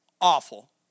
awful